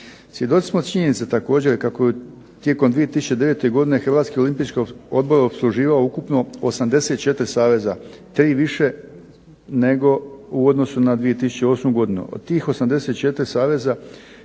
Svjedoci smo činjenice također kako je tijekom 2009. godine Hrvatski olimpijski odbor opsluživao ukupno 84 saveza, tri više nego u odnosu na 2008. godinu. Tih 84 saveza,